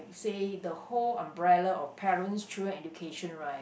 say the whole umbrella of parents children education right